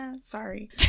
Sorry